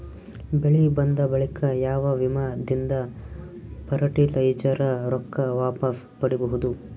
ಬೆಳಿ ಬಂದ ಬಳಿಕ ಯಾವ ವಿಮಾ ದಿಂದ ಫರಟಿಲೈಜರ ರೊಕ್ಕ ವಾಪಸ್ ಪಡಿಬಹುದು?